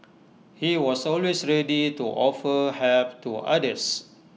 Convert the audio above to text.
he was always ready to offer help to others